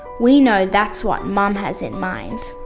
we know that's what mum has in mind.